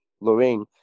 Lorraine